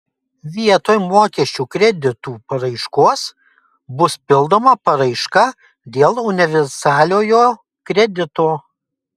vietoj mokesčių kreditų paraiškos bus pildoma paraiška dėl universaliojo kredito